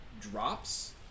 drops